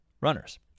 runners